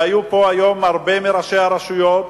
והיו פה היום הרבה מראשי הרשויות,